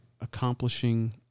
accomplishing